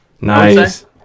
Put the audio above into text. Nice